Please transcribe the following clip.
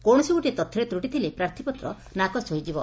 କୌଣସି ଗୋଟିଏ ତଥ୍ୟରେ ତ୍ରୁଟି ଥିଲେ ପ୍ରାର୍ଥୀପତ୍ର ନାକଚ ହୋଇଯିବ